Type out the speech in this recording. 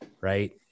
Right